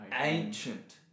ancient